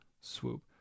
swoop